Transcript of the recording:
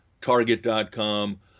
Target.com